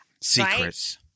Secrets